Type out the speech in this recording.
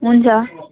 हुन्छ